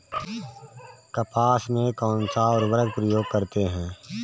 कपास में कौनसा उर्वरक प्रयोग करते हैं?